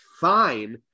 fine